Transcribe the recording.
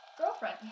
girlfriend